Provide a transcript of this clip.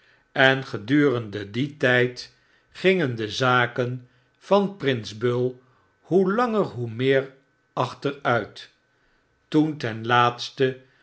en gedurende dien tyd gingen de zaken van prins bull hoe langer hoe meer achteruit toen ten laatste